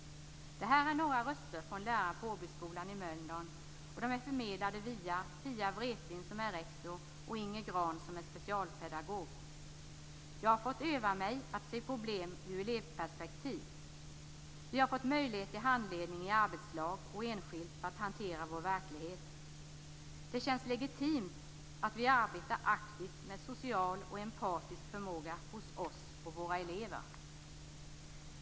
Det här är några röster från lärare på Åbyskolan i Jag har fått öva mig att se problem ur elevperspektiv. Vi har fått möjlighet till handledning i arbetslag och enskilt för att hantera vår verklighet. Det känns legitimt att vi arbetar aktivt med social och empatisk förmåga hos oss och våra elever.